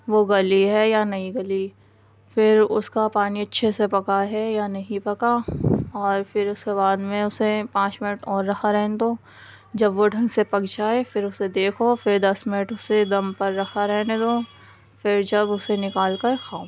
وہ گلی ہے یا نہیں گلی پھر اس کا پانی اچھے سے پکا ہے یا نہیں پکا اور پھر اس کے بعد میں اسے پانچ منٹ اور رکھا رہنے دو جب وہ ڈھنگ سے پک جائے پھر اسے دیکھو پھر دس منٹ اسے دم پر رکھا رہنے دو پھر جب اسے نکال کر کھاؤ